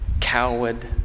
coward